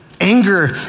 anger